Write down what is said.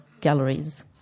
galleries